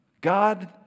God